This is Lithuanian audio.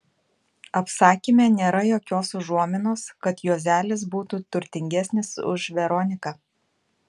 apsakyme nėra jokios užuominos kad juozelis būtų turtingesnis už veroniką